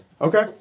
Okay